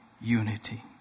Unity